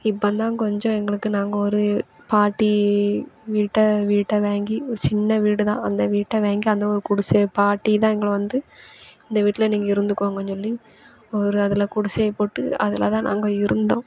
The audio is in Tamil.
இப்போந்தான் கொஞ்சம் எங்களுக்கு நாங்கள் ஒரு பாட்டி வீட்டை வீட்டை வாங்கி ஒரு சின்ன வீடு தான் அந்த வீட்டை வாங்கி அந்த ஒரு குடிசையை பாட்டி தான் எங்களை வந்து இந்த வீட்டில் நீங்கள் இருந்துக்கோங்கன்னு சொல்லி ஒரு அதில் குடிசையை போட்டு அதில் தான் நாங்கள் இருந்தோம்